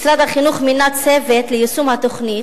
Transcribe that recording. משרד החינוך מינה צוות ליישום התוכנית,